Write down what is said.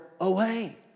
away